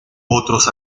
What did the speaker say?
otros